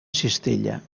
cistella